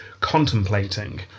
contemplating